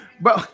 Bro